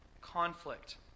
conflict